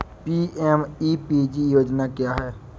PMEPG योजना क्या है?